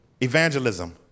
Evangelism